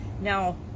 now